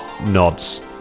nods